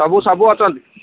ସବୁ ସବୁ ଅଛନ୍ତି